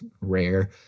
rare